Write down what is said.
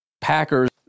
Packers